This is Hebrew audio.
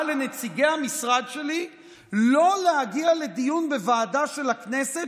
לנציגי המשרד שלי לא להגיע לדיון בוועדה של הכנסת,